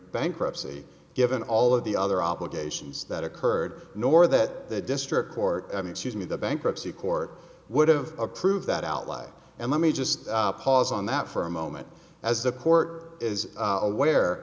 bankruptcy given all of the other obligations that occurred nor that the district court i mean choose me the bankruptcy court would have approved that out live and let me just pause on that for a moment as the court is aware